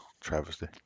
Travesty